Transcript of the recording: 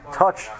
touch